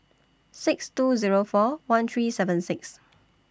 six two Zero four one three seven six